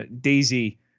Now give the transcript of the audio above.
Daisy